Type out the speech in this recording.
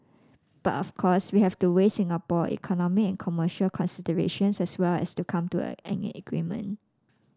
but of course we have to weigh Singapore economic commercial considerations as well to come to a an agreement